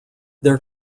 their